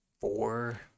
four